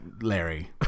Larry